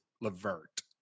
Levert